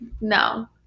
no